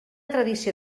tradició